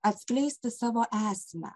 atskleisti savo esmę